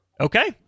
Okay